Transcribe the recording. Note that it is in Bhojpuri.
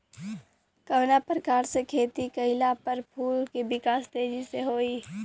कवना प्रकार से खेती कइला पर फूल के विकास तेजी से होयी?